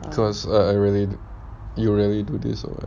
cause uh I really you really do this or what